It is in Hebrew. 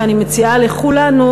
ואני מציעה לכולנו,